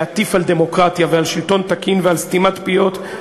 להטיף על דמוקרטיה ועל שלטון תקין ועל סתימת פיות,